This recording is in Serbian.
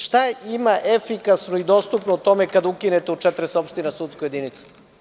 Šta ima efikasno i dostupno u tome kada ukinite u 40 opština sudsku jedinicu?